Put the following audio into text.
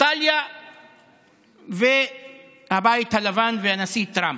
איטליה והבית הלבן והנשיא טראמפ.